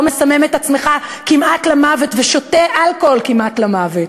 מסמם את עצמך כמעט למוות ושותה אלכוהול כמעט למוות,